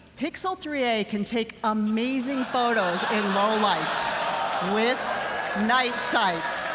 pixel three a can take amazing photos in low lights with night sight.